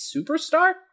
superstar